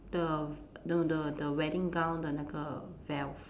the no the the wedding gown the 那个 veil